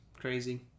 Crazy